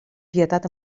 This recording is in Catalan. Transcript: pietat